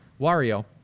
Wario